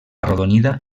arrodonida